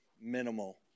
minimal